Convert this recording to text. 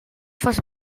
fas